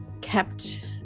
kept